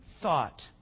thought